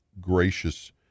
gracious